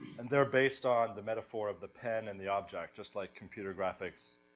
and they're based on the metaphor of the pen and the object, just like computer graphics